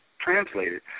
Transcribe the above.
translated